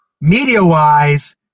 Media-wise